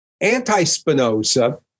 anti-Spinoza